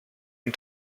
and